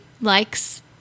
likes